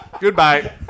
Goodbye